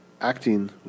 acting